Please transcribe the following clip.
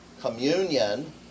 communion